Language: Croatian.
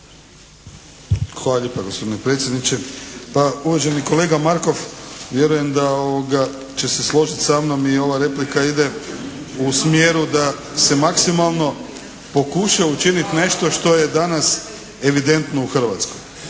Hvala lijepa gospodine predsjedniče. Pa uvaženi kolega Markov, vjerujem da će se složit sa mnom i ova replika ide u smjeru da se maksimalno pokuša učiniti nešto što je danas evidentno u Hrvatskoj.